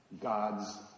God's